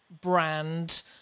brand